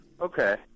Okay